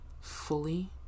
fully